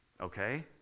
Okay